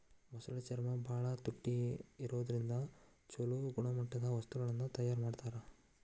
ಮೊಸಳೆ ಚರ್ಮ ಬಾಳ ತುಟ್ಟಿ ಇರೋದ್ರಿಂದ ಚೊಲೋ ಗುಣಮಟ್ಟದ ವಸ್ತುಗಳನ್ನ ತಯಾರ್ ಮಾಡ್ತಾರ